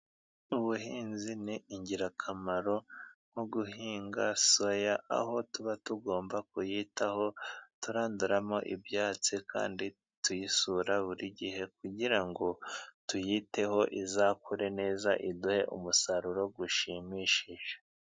Ubuhinzi ni ingirakamaro nko guhinga soya, aho tuba tugomba kuyitaho turanduramo ibyatsi kandi tuyisura buri gihe, kugirango tuyiteho izakure neza iduhe umusaruro ushimishije.